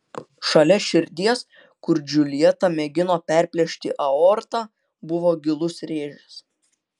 šalia širdies kur džiuljeta mėgino perplėšti aortą buvo gilus rėžis